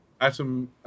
Atom